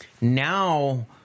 now